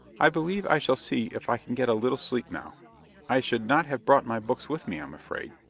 i believe i shall see if i can get a little sleep now i should not have brought my books with me, i'm afraid.